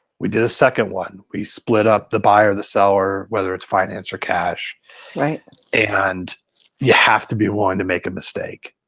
we did a second one. we split up the buyer, the seller, whether it's finance or cash and you have to be willing to make a mistake.